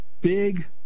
big